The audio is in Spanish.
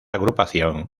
agrupación